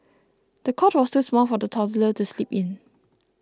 the cot was too small for the toddler to sleep in